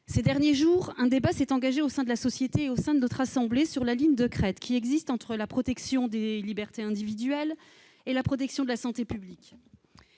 Ces derniers jours, un débat s'est engagé au sein de la société et de notre assemblée sur la ligne de crête qui existe entre la protection des libertés individuelles et la protection de la santé publique.